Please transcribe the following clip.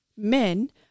Men